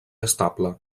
estable